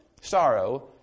sorrow